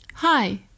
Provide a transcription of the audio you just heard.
Hi